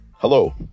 Hello